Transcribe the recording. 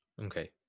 Okay